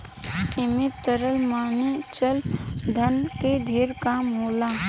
ऐमे तरल माने चल धन के ढेर काम होला